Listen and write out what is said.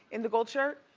in the gold shirt?